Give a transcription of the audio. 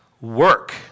work